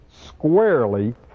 squarely